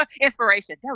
inspiration